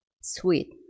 sweet